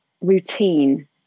routine